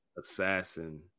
assassin